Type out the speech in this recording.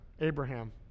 Abraham